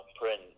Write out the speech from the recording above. print